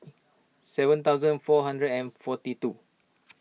seven thousand four hundred and forty two